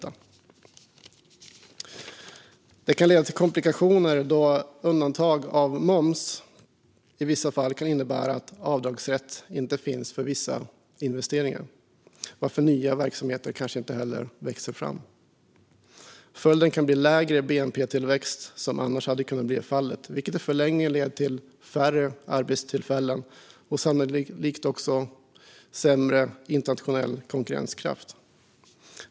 Detta kan leda till komplikationer då undantag från moms i vissa fall kan innebära att avdragsrätt inte finns för vissa investeringar, varför nya verksamheter kanske inte heller växer fram. Följden kan bli lägre bnp-tillväxt än vad som annars hade kunnat bli fallet, vilket i förlängningen leder till färre arbetstillfällen och sannolikt också sämre internationell konkurrenskraft.